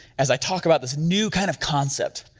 as i talked about this new kind of concept,